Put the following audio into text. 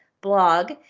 blog